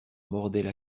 mordaient